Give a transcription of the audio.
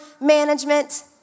management